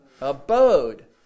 Abode